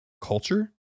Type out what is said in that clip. Culture